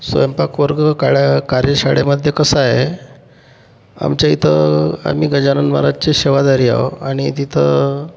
स्वयंपाक वर्ग काळ्या कार्यशाळेमध्ये कसं आहे आमच्या इथं आम्ही गजानन महाराजचे सेवाधारी आहो आणि तिथं